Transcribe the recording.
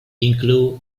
include